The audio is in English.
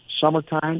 summertime